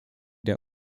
der